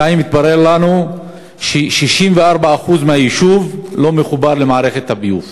2. התברר לנו ש-64% מהיישוב לא מחוברים למערכת הביוב.